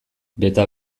beta